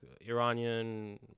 Iranian